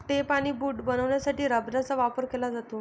tape आणि boot बनवण्यासाठी रबराचा वापर केला जातो